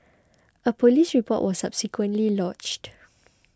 a police report was subsequently lodged